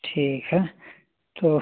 ठीक है तो